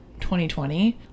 2020